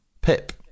Pip